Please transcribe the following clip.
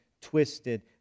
twisted